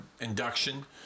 induction